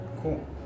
cool